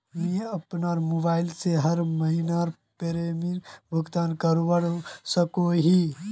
मुई अपना मोबाईल से हर महीनार प्रीमियम भुगतान करवा सकोहो ही?